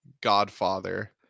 Godfather